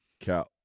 Cow